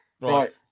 right